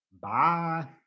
Bye